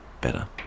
better